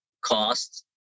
costs